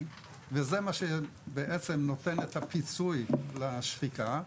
וזה מה שבעצם נותן את הפיצוי לשחיקה,